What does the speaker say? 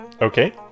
Okay